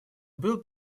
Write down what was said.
был